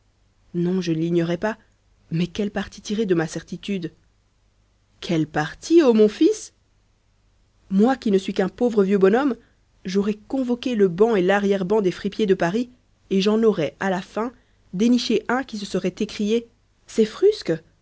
non je ne l'ignorais pas mais quel parti tirer de ma certitude quel parti ô mon fils moi qui ne suis qu'un pauvre vieux bonhomme j'aurais convoqué le ban et larrière ban des fripiers de paris et j'en aurais à la fin déniché un qui se serait écrié ces frusques